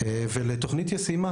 אנחנו מכוונים לתוכנית ברת יישום,